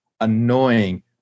annoying